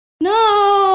No